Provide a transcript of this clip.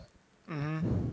mm